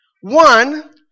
one